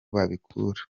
babikura